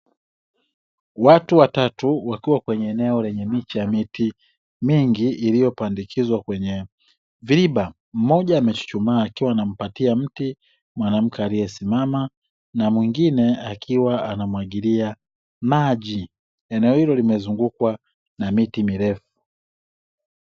Watu watatu walikuwa kwenye eneo lenye miche ya mitini mengi iliyopandikizwa kwenye viba mmoja ameshtumaa akiwa anampatia mti mwanamke aliyesimama na mwingine akiwa anamwagilia maji eneo hilo limezungukwa na miti mirefu.